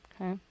Okay